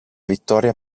vittoria